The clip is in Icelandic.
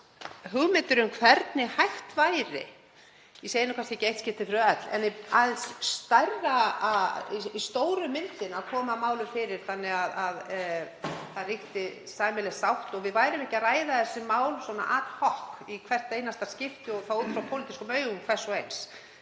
hugmyndir um hvernig hægt væri — ég segi nú kannski ekki eitt skipti fyrir öll, en í stóru myndinni — að koma málum fyrir þannig að um þau ríkti sæmileg sátt og við værum ekki að ræða þau svona ad hoc í hvert einasta skipti og þá út frá pólitískum augum hvers og eins,